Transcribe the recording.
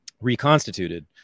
reconstituted